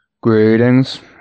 Greetings